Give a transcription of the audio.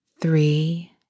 three